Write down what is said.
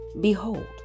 behold